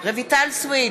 רויטל סויד,